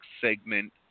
segment